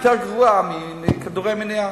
יותר גרוע מכדורי מניעה,